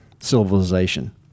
Civilization